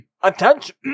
Attention